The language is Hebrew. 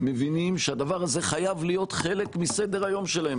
מבינים שהדבר הזה חייב להיות חלק מסדר היום שלהן.